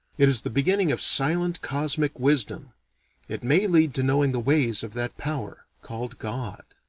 it is the beginning of silent cosmic wisdom it may lead to knowing the ways of that power called god.